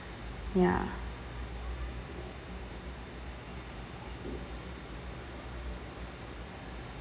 ya